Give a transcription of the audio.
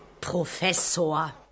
Professor